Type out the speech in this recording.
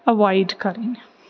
avoid کَرٕنۍ